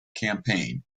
campaign